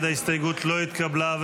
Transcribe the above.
ההסתייגות לא התקבלה.